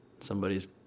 Somebody's